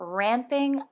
ramping